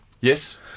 Yes